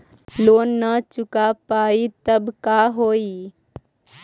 Loan न चुका पाई तब का होई?